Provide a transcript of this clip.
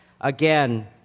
again